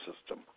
system